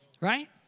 Right